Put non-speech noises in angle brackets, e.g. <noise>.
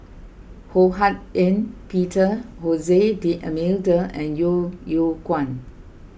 Ho Hak Ean Peter <unintelligible> D'Almeida and Yeo Yeow Kwang